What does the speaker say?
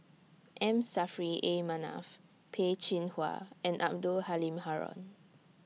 M Saffri A Manaf Peh Chin Hua and Abdul Halim Haron